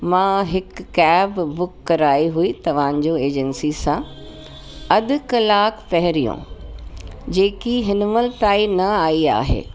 मां हिक cab book कराई हुई तव्हांजो एजंसी सां अधु कलाक पहिरियों जेकी हिन महिल ताईं न आई आहे